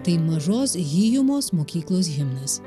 tai mažos hijumos mokyklos himnas